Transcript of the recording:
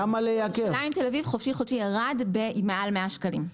מירושלים לתל אביב חופשי-חודשי ירד בלמעלה ממאה שקלים.